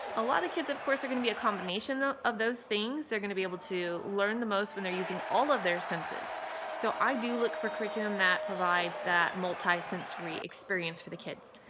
a lot of kids of course are gonna be a combination of those things they're gonna be able to learn the most when they're using all of their senses so i do look for curriculum that provides that multi-sensory experience for the kids.